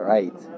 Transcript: Right